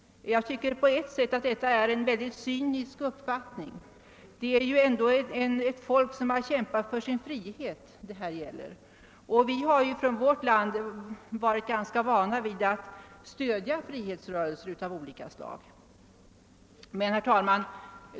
Jag tycker detta är en cynisk uppfattning. Det gäller ju ändå ett folk som har kämpat för sin frihet, och vi har i vårt land varit ganska vana vid att stödja frihetsrörelser av olika slag. Herr talman!